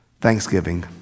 Thanksgiving